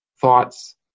thoughts